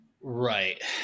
Right